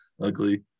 ugly